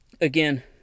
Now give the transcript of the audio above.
again